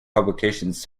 publications